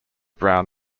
brown